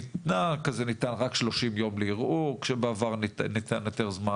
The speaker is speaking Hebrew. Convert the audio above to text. ניתנו רק 30 יום לערעור כשבעבר ניתן יותר זמן,